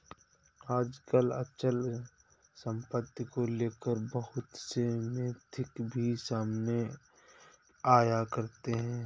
आजकल अचल सम्पत्ति को लेकर बहुत से मिथक भी सामने आया करते हैं